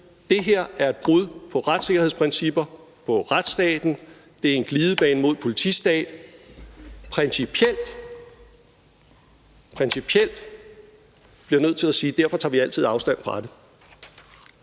det her er et brud på retssikkerhedsprincipper og retsstaten, og at det er en glidebane mod en politistat. Principiel bliver jeg nødt til at sige: Derfor tager vi altid afstand fra det,